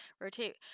rotate